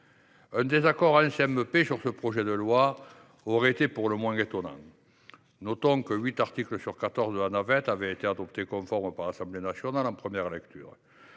paritaire sur ce projet de loi aurait été pour le moins étonnant. Notons que huit articles sur quatorze avaient été adoptés conformes par l’Assemblée nationale en première lecture.